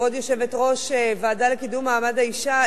כבוד יושבת-ראש הוועדה לקידום מעמד האשה,